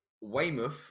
Weymouth